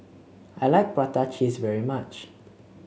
I like Prata Cheese very much